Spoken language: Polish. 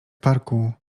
parku